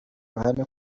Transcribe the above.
ruhame